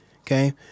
Okay